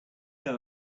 know